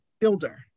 builder